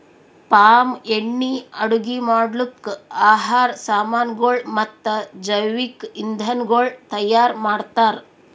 palm ಎಣ್ಣಿ ಅಡುಗಿ ಮಾಡ್ಲುಕ್, ಆಹಾರ್ ಸಾಮನಗೊಳ್ ಮತ್ತ ಜವಿಕ್ ಇಂಧನಗೊಳ್ ತೈಯಾರ್ ಮಾಡ್ತಾರ್